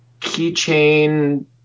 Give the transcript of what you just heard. keychain